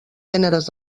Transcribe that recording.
gèneres